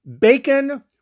bacon